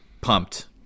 pumped